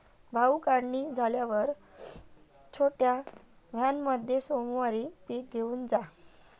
भाऊ, काढणी झाल्यावर छोट्या व्हॅनमध्ये सोमवारी पीक घेऊन जा